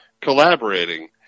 collaborating